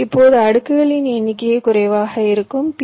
இப்போது அடுக்குகளின் எண்ணிக்கை குறைவாக இருக்கும் பி